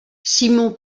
simon